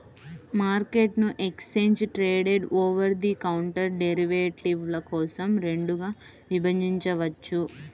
మార్కెట్ను exchange traded, over the counter డెరివేటివ్ల కోసం రెండుగా విభజించవచ్చు